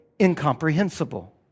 incomprehensible